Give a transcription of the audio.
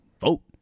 Vote